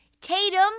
Tatum